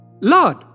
Lord